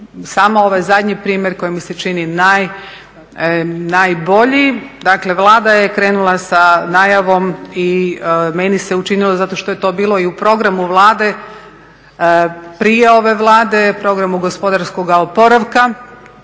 samo ovaj zadnji primjer koji mi se čini najbolji, dakle Vlada je krenula sa najavom i meni se učinilo zato što je to bilo i u programu Vlade prije ove Vlade, programu gospodarskoga oporavka